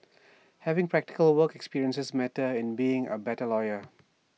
having practical work experience matters in being A better lawyer